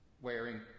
wearing